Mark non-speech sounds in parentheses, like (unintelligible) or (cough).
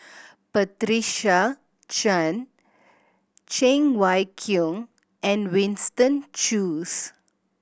Patricia (unintelligible) Chan Cheng Wai Keung and Winston Choos